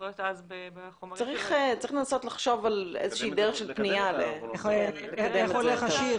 צריך לנסות לחשוב על דרך של פנייה כדי לקדם את זה.